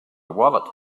wallet